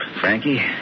Frankie